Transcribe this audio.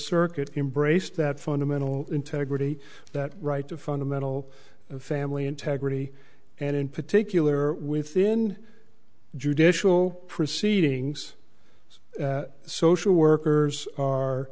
circuit embraced that fundamental integrity that right to fundamental family integrity and in particular within judicial proceedings social workers